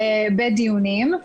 בדיונים.